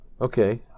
Okay